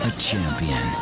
champion.